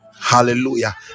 hallelujah